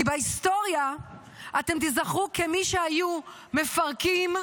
כי בהיסטוריה אתם תזכרו כמי שהיו מפרקים,